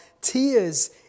tears